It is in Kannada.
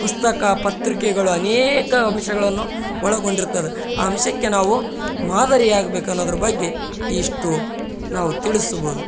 ಪುಸ್ತಕ ಪತ್ರಿಕೆಗಳು ಅನೇಕ ವಿಷಯಗಳನ್ನು ಒಳಗೊಂಡಿರ್ತದೆ ಆ ಅಂಶಕ್ಕೆ ನಾವು ಮಾದರಿಯಾಗ್ಬೇಕು ಅನ್ನೋದ್ರ ಬಗ್ಗೆ ಇಷ್ಟು ನಾವು ತಿಳಿಸ್ಬೌದು